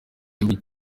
igihugu